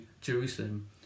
Jerusalem